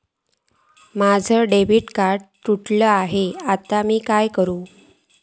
माझा debit card तुटला हा आता मी काय करू?